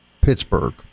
Pittsburgh